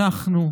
אנחנו,